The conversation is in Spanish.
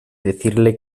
decirle